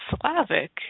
Slavic